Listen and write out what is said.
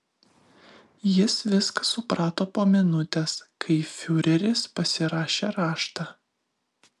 jis viską suprato po minutės kai fiureris pasirašė raštą